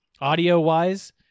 audio-wise